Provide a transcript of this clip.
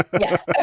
yes